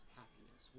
happiness